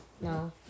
No